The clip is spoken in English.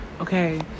Okay